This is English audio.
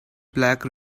black